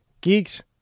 geeks